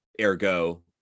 ergo